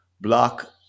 block